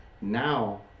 Now